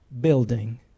building